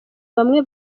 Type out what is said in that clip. bamwe